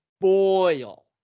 boil